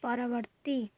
ପରବର୍ତ୍ତୀ